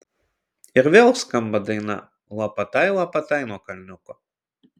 ir vėl skamba daina lapatai lapatai nuo kalniuko